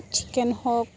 chicken হওক